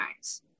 Eyes